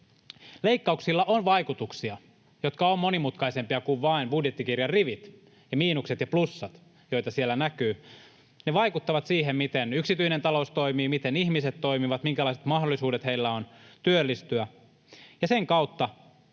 Leikkauksilla on vaikutuksia, jotka ovat monimutkaisempia kuin vain budjettikirjan rivit ja miinukset ja plussat, joita siellä näkyy. Ne vaikuttavat siihen, miten yksityinen talous toimii, miten ihmiset toimivat ja minkälaiset mahdollisuudet heillä on työllistyä, ja sen kautta